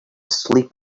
sleep